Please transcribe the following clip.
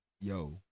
yo